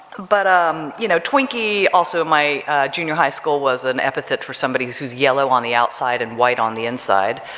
but um you know twinkie, also at my junior high school was an epithet for somebody's who's yellow on the outside and white on the inside,